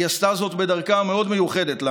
היא עשתה זאת בדרכה המיוחדת לה